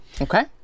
Okay